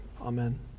Amen